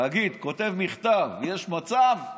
כותב מכתב: תגיד, יש מצב?